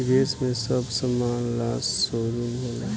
विदेश में सब समान ला शोरूम होला